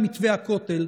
למתווה הכותל,